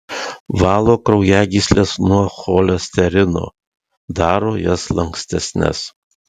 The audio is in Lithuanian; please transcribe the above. valo kraujagysles nuo cholesterino daro jas lankstesnes